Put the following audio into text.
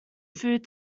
food